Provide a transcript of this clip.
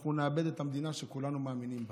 נאבד את המדינה שכולנו מאמינים בה.